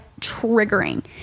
triggering